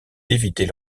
d’éviter